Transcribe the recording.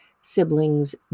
siblings